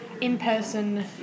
in-person